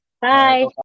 Bye